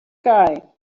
guy